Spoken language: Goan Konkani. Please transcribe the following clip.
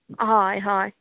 हय हय